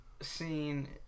scene